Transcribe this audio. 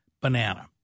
banana